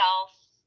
else